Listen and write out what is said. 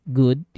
good